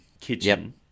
kitchen